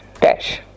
dash